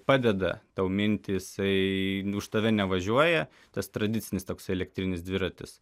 padeda tau minti jisai už tave nevažiuoja tas tradicinis toks elektrinis dviratis